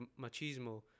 machismo